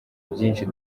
byinshi